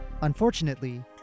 Unfortunately